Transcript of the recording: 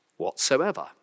whatsoever